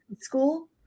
School